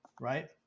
right